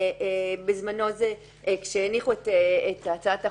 בזמנו, כשהניחו את הצעת החוק,